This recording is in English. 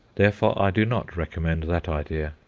therefore i do not recommend that idea,